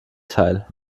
teil